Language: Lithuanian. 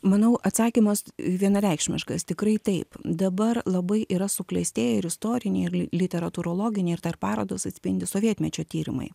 manau atsakymas vienareikšmiškas tikrai taip dabar labai yra suklestėję ir istoriniai ir literatūrologiniai ir dar parodos atspindi sovietmečio tyrimai